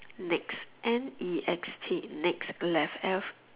next N E X T next left F